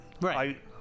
Right